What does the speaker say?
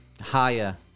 Higher